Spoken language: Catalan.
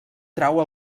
trau